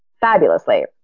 fabulously